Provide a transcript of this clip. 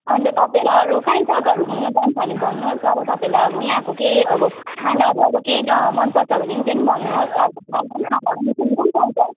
अन्त तपाईँहरूलाई अरू काहीँ जग्गाहरू घुम्न जानु छ भने भन्नुहोस् अब तपाईँलाई यहाँको केही अब खानाहरू अब केही मनपर्छ भने नि त्यो नि भन्नुहोस्